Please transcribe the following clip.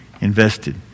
invested